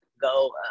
go